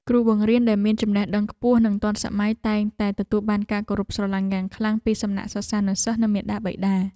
គ្រូបង្រៀនដែលមានចំណេះដឹងខ្ពស់និងទាន់សម័យតែងតែទទួលបានការគោរពស្រឡាញ់យ៉ាងខ្លាំងពីសំណាក់សិស្សានុសិស្ស និងមាតាបិតា។